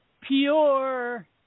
pure